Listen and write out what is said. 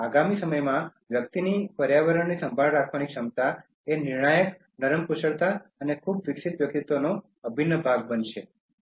આગામી સમયમાં વ્યક્તિની પર્યાવરણની સંભાળ રાખવાની ક્ષમતા એ નિર્ણાયક નરમ કુશળતા અને ખૂબ વિકસિત વ્યક્તિત્વનો અભિન્ન ભાગ બનશે